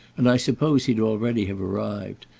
and i supposed he'd already have arrived.